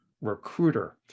recruiter